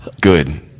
Good